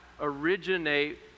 originate